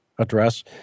address